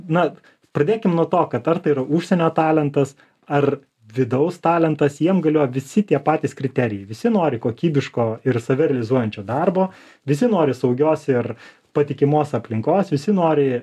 na pradėkim nuo to kad ar tai yra užsienio talentas ar vidaus talentas jiem galioja visi tie patys kriterijai visi nori kokybiško ir save realizuojančio darbo visi nori saugios ir patikimos aplinkos visi nori